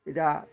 ଇଟା